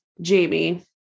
Jamie